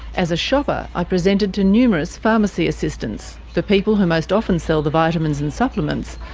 as a shopper, i presented to numerous pharmacy assistants, the people who most often sell the vitamins and supplements,